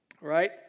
right